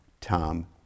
Tom